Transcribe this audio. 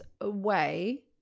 away